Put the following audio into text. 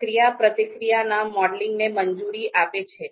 ક્રિયાપ્રતિક્રિયાના મોડેલિંગને મંજૂરી આપે છે